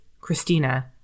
Christina